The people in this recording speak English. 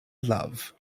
love